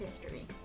history